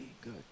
good